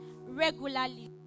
regularly